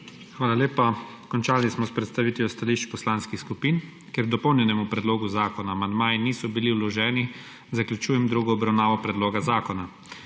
Hvala lepa. Končali smo s predstavitvijo stališč poslanskih skupin. Ker k dopolnjenemu predlogu zakona amandmaji niso bili vloženi, zaključujem drugo obravnavo predloga zakona.